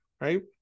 right